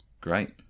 Great